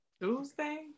Tuesday